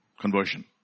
conversion